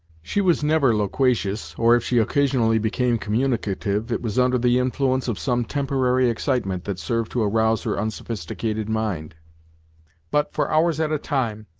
she was never loquacious, or if she occasionally became communicative, it was under the influence of some temporary excitement that served to arouse her unsophisticated mind but, for hours at a time,